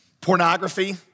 pornography